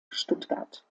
stuttgart